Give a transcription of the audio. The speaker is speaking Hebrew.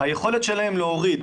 היכולת שלהם להוריד